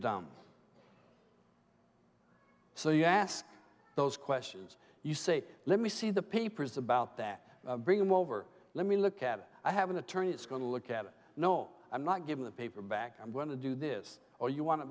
dumb so you ask those questions you say let me see the papers about that bring them over let me look at it i have an attorney it's going to look at it no i'm not giving the paper back i'm going to do this or you want